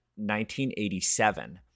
1987